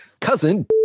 cousin